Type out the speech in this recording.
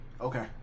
Okay